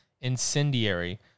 incendiary